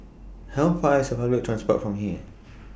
How Far away IS A Public Transport from here